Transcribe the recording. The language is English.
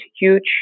huge